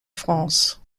france